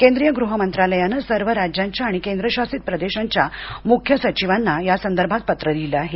केंद्रीयगृह मंत्रालयान सर्व राज्यांच्या आणि केंद्र शासित प्रदेशांच्या मुख्य सचिवांनायासंदर्भात पत्र लिहील आहे